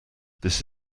this